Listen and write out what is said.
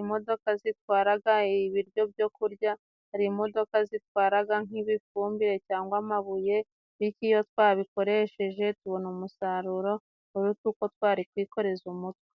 imodoka zitwaraga ibiryo byo kurya, hari imodoka zitwaraga nk'ibifumbire cyangwa amabuye bityo iyo twabikoresheje tubona umusaruro uruta uko twari twikoreza umutwe.